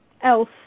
else